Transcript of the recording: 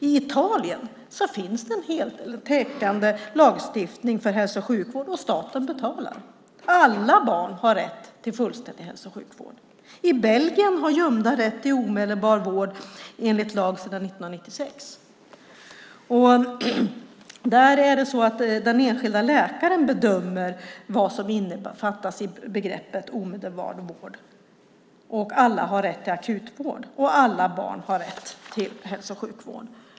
I Italien finns det en heltäckande lagstiftning för hälso och sjukvård, och staten betalar. Alla barn har rätt till fullständig hälso och sjukvård. I Belgien har gömda rätt till omedelbar vård enligt lag sedan 1996. Där bedömer den enskilda läkaren vad som innefattas i begreppet omedelbar vård. Alla har rätt till akutvård, och alla barn har rätt till hälso och sjukvård.